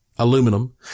Aluminum